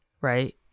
right